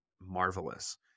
marvelous